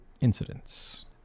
incidents